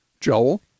Joel